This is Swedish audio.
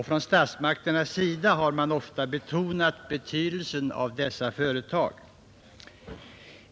Från statsmakternas sida har man ofta betonat betydelsen av dessa företag.